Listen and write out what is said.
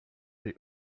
des